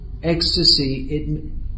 ecstasy